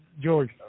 George